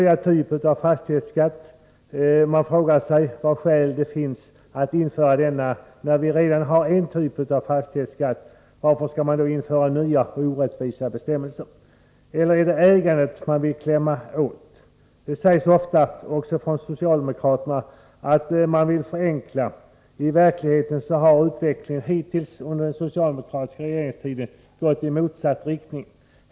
Vi har en typ av fastighetsskatt, varför då införa nya och orättvisa bestämmelser? Eller är det ägandet som socialdemokraterna vill klämma åt? Det sägs ofta, också från socialdemokraterna, att man vill förenkla. I verkligheten har utvecklingen hittills under den socialdemokratiska regeringstiden gått i motsatt riktning.